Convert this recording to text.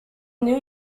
new